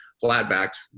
Flat-backed